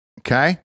okay